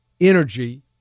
energy